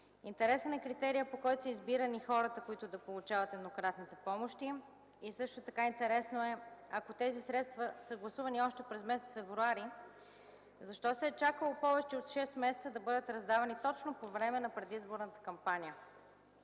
Интересен е критерият, по който са избирани хората, които да получават еднократните помощи. Също така е интересно, ако тези средства са гласувани още през месец февруари, защо се е чакало повече от 6 месеца, за да бъдат раздавани точно по време на предизборната кампания?